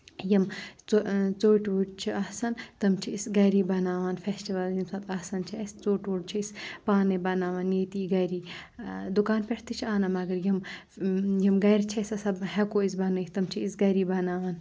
یِم ژوٚ ژوٚٹۍ ووٚٹۍ چھِ آسان تم چھِ أسۍ گَری بَناوان فیسٹِول ییٚمہِ ساتہٕ آسَان چھِ اَسہِ ژوٚٹ ووٚٹ چھِ أسۍ پانَے بَناوَان ییٚتی گَری دُکان پٮ۪ٹھ تہِ چھِ اَنان مگر یِم یِم گَرِ چھِ أسۍ آسان ہٮ۪کو أسۍ بَنٲیِتھ تٕم چھِ أسۍ گَری بَناوَان